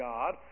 God